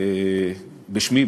בשמי,